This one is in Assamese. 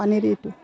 পানী এইটো